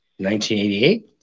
1988